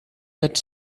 that